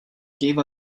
gave